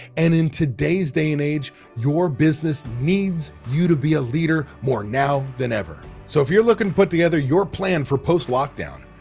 and in today's day and age, your business needs you to be a leader more now than ever. so if you're looking together your plan for post-lockdown,